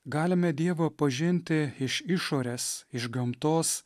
galime dievą pažinti iš išorės iš gamtos